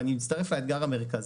אני מצטרף לקריאה בעניין האתגר המרכזי,